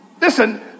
listen